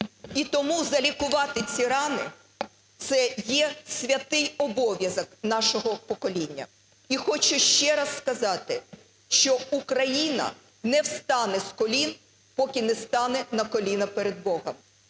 І тому залікувати ці рани – це є святий обов'язок нашого покоління. І хочу ще раз сказати, що Україна не встане з колін, поки не стане на коліна перед Богом.